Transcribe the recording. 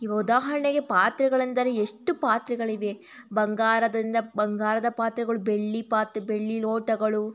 ಉದಾಹರಣೆಗೆ ಪಾತ್ರೆಗಳೆಂದರೆ ಎಷ್ಟು ಪಾತ್ರೆಗಳಿವೆ ಬಂಗಾರದಿಂದ ಬಂಗಾರದ ಪಾತ್ರೆಗಳು ಬೆಳ್ಳಿ ಪಾತ್ರೆ ಬೆಳ್ಳಿ ಲೋಟಗಳು